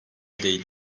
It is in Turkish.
değil